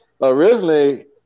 originally